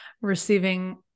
receiving